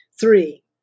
Three